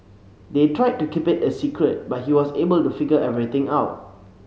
they tried to keep it a secret but he was able to figure everything out